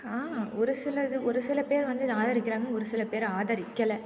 ஆ ஒரு சில இது ஒரு சில பேர் வந்து இதை ஆதரிக்கிறாங்க ஒரு சில பேர் ஆதரிக்கலை